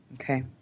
Okay